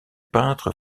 peintre